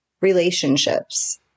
relationships